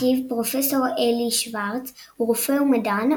אחיו פרופ' אלי שוורץ הוא רופא ומדען,